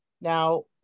Now